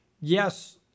Yes